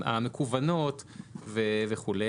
המקוונות וכו'.